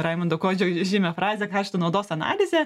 raimundo kuodžio įžymią frazę kaštų naudos analizę